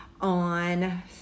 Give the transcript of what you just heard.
on